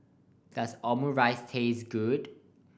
does Omurice taste good